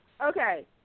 Okay